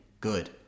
good